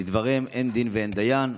לדבריהם אין דין ואין דיין,